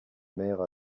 mère